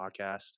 podcast